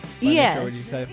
Yes